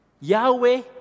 Yahweh